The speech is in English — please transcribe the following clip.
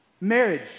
Marriage